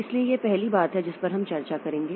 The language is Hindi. इसलिए यह पहली बात है जिस पर हम चर्चा करेंगे